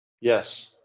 Yes